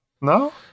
no